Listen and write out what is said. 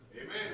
Amen